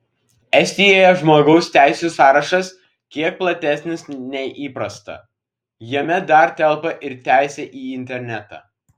estijoje žmogaus teisių sąrašas kiek platesnis nei įprasta jame dar telpa ir teisė į internetą